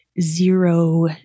zero